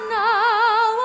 now